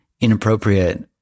inappropriate